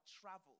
travel